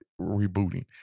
rebooting